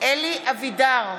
אלי אבידר,